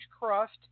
crust